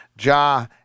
Ja